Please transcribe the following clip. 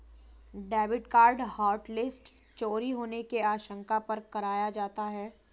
debit card hotlist चोरी होने की आशंका पर कराया जाता है